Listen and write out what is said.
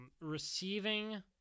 Receiving